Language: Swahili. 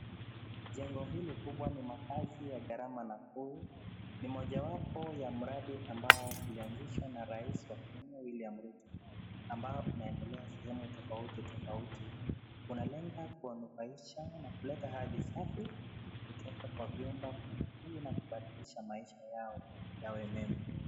Jengo hili kubwa ni makazi ya gharama nafuu. Ni mojawapo ya mradi ambao ulianzishwa na rais wa Kenya, William Ruto, ambao unaendelea sehemu tofauti tofauti. Unalenga kuwanufaisha na kuleta hali safi kutoka kwa vyumba nafuu na kubadilisha maisha yao yawe mema.